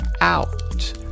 out